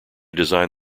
designed